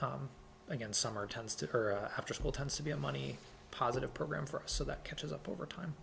again summer tends to her after school tends to be a money positive program for us so that catches up over time